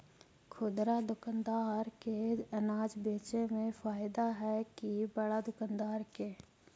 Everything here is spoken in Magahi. खुदरा दुकानदार के अनाज बेचे में फायदा हैं कि बड़ा दुकानदार के?